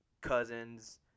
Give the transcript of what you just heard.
cousins